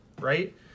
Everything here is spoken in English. right